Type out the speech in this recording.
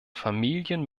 familien